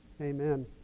Amen